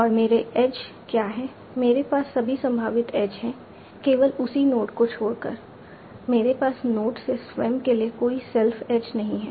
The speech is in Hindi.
और मेरे एज क्या हैं मेरे पास सभी संभावित एज हैं केवल उसी नोड को छोड़कर मेरे पास नोड से स्वयं के लिए कोई सेल्फ एज नहीं है